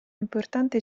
importante